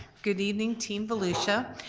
good evening team volusia,